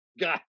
God